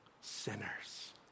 sinners